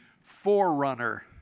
forerunner